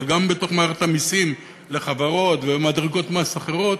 אבל גם בתוך מערכת המסים לחברות ולמדרגות מס אחרות,